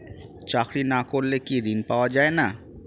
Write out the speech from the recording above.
চাকরি না করলে কি ঋণ পাওয়া যায় না?